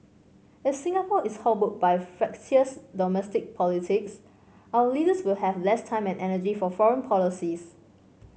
if Singapore is hobbled by fractious domestic politics our leaders will have less time and energy for foreign policies